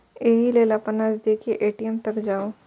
एहि लेल अपन नजदीकी ए.टी.एम तक जाउ